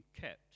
kept